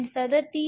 37 0